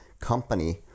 company